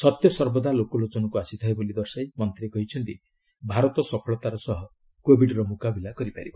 ସତ୍ୟ ସର୍ବଦା ଲୋକଲୋଚନକୁ ଆସିଥାଏ ବୋଲି ଦର୍ଶାଇ ମନ୍ତ୍ରୀ କହିଛନ୍ତି ଭାରତ ସଫଳତାର ସହ କୋବିଡ୍ର ମୁକାବିଲା କରିପାରିବ